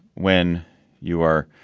when you are